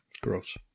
Gross